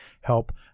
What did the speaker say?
help